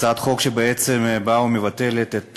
הצעת חוק שבעצם באה ומבטלת את